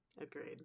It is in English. agreed